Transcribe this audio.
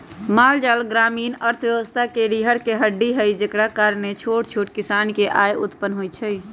माल जाल ग्रामीण अर्थव्यवस्था के रीरह के हड्डी हई जेकरा कारणे छोट छोट किसान के आय उत्पन होइ छइ